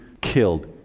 killed